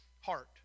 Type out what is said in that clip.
heart